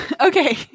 Okay